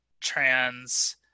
trans